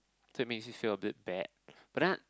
so it makes you feel a bit bad but then I